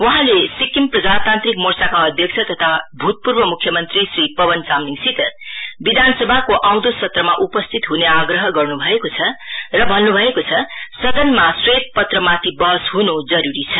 वहाँले सिक्किम प्रजातान्त्रिक मोर्चाका अध्यक्ष तथा भूतपूर्व म्ख्यमन्त्री श्री पवन चामलिङसित विधानसभाको आउँदो सत्रमा उपस्थित हुने आग्रह गर्न् भएको छ र भन्न् भएको छ सदनमा श्वेतपत्रमाथि बहस हुन् जरुरी छ